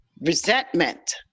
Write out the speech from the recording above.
resentment